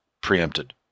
preempted